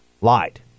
Lied